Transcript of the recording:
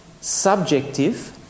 subjective